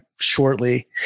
shortly